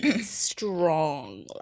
strong